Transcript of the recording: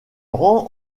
rend